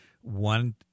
one